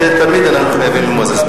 תמיד אנחנו חייבים למוזס.